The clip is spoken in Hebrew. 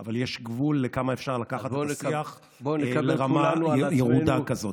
אבל יש גבול כמה אפשר לקחת דו-שיח לרמה ירודה כזאת.